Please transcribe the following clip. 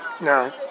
No